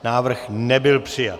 Návrh nebyl přijat.